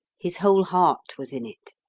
his whole heart was in it.